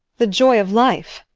the joy of life?